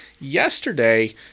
yesterday